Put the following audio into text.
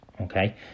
okay